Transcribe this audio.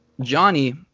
Johnny